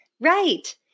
Right